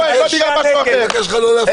לא, הוא לא סרח.